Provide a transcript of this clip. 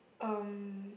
um